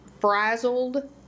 frazzled